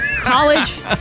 college